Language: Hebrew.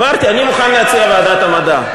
אמרתי, אני מוכן להציע את ועדת המדע.